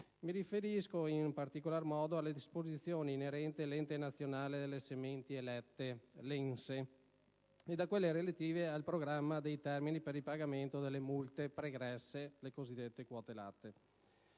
Mi riferisco, in particolar modo, alle disposizioni inerenti l'Ente nazionale delle sementi elette (ENSE) ed a quelle relative al programma dei termini per il pagamento delle multe pregresse, le cosiddette quote latte.